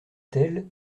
tels